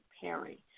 Perry